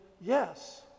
yes